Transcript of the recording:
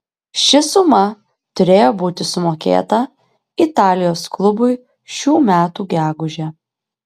ši suma turėjo būti sumokėta italijos klubui šių metų gegužę